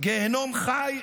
'גיהינום חי',